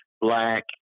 black